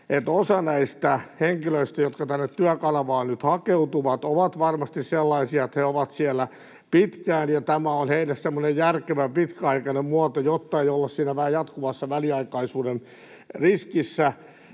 että osa näistä henkilöistä, jotka tänne Työkanavaan nyt hakeutuvat, on varmasti sellaisia, että he ovat siellä pitkään ja tämä on heille semmoinen järkevä pitkäaikainen muoto, jotta ei olla siinä jatkuvassa väliaikaisuuden riskissä,